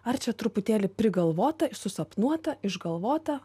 ar čia truputėlį prigalvota susapnuota išgalvota